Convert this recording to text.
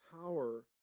power